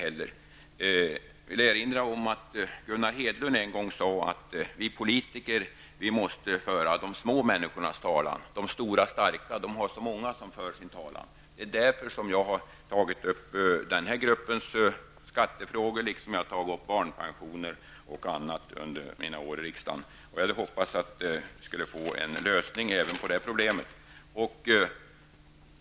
Jag vill erinra om att Gunnar Hedlund en gång sade att vi politiker måste föra de små människornas talan. De stora och starka har så många som för deras talan. Det är därför som jag har tagit upp denna grupps skattefrågor, liksom barnpensioner osv. under mina år i riksdagen. Jag hoppades att det skulle bli en lösning även på detta problem.